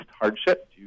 hardship